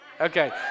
Okay